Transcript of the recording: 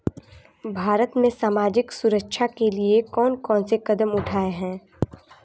भारत में सामाजिक सुरक्षा के लिए कौन कौन से कदम उठाये हैं?